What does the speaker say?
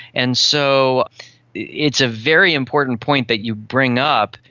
and so it's a very important point that you bring up,